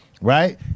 Right